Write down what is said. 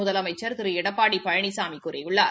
முதலமைச்சா் திரு எடப்பாடி பழனிசாமி கூறியுள்ளார்